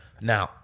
Now